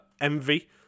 Envy